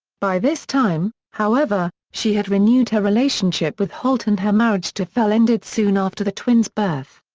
by this time, however, she had renewed her relationship with holt and her marriage to fell ended soon after the twins' birth.